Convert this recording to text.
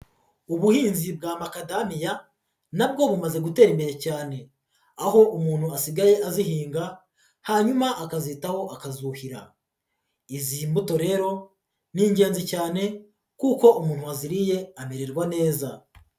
Ubuhinzi bwa makadamiya nabwo bumaze gutera imbere cyane, aho umuntu asigaye azihinga, hanyuma akazitaho akazuhira, izi mbuto rero ni ingenzi cyane kuko umuntu waziriye amererwa neza.